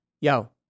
Yo